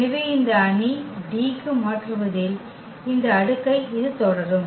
எனவே இந்த அணி D க்கு மாற்றுவதில் இந்த அடுக்கை இது தொடரும்